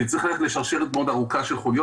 כי צריך ללכת לשרשרת מאוד ארוכה של חוליות